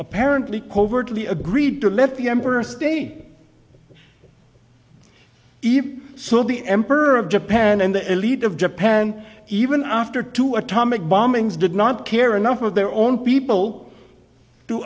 apparently covertly agreed to let the emperor stay even so the emperor of japan and the elite of japan even after two atomic bombings did not care enough of their own people